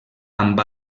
amb